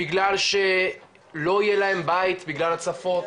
בגלל שלא יהיה להם בית, בגלל הצפות,